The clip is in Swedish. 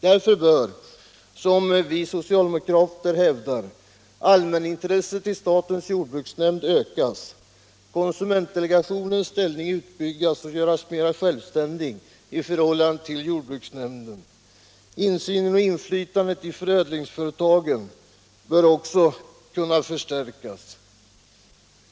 Därför bör, som vi socialdemokrater hävdar, allmänintresset i statens jordbruksnämnd ökas och konsumentdelegationens ställning förstärkas genom att delegationen görs mer självständig i förhållande till jordbruksnämnden. Insynen och inflytandet i förädlingsföretagen bör också kunna förstärkas.